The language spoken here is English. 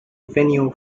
venue